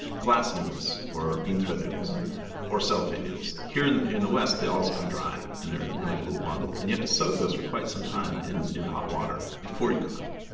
glass noodles or bean thread noodles or cellophane noodles here in in the west they always come dry and they're in like a little bundle and you have to soak those for quite some time in in hot water before you cook them,